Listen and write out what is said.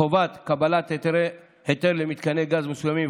חובת קבלת היתר למתקני גז מסוימים,